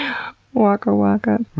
um wokka wokka!